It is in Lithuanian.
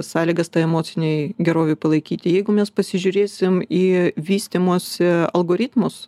sąlygas emocinei gerovei palaikyti jeigu mes pasižiūrėsim į vystymosi algoritmus